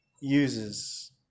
uses